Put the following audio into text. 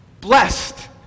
Blessed